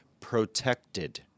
protected